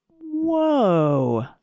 Whoa